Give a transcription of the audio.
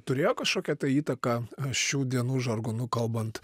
turėjo kažkokią tai įtaką šių dienų žargonu kalbant